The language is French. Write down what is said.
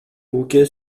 bouquet